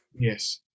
Yes